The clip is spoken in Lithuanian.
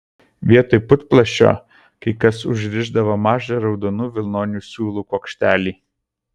vietoj putplasčio kai kas užrišdavo mažą raudonų vilnonių siūlų kuokštelį